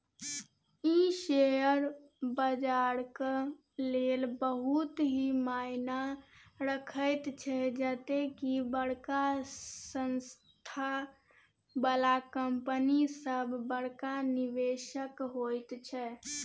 ई share बजारक लेल बहुत ही मायना रखैत छै जते की बड़का संस्था बला कंपनी सब बड़का निवेशक होइत छै